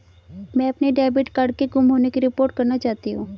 मैं अपने debit card के गुम होने की रिपोर्ट करना चाहती हूँ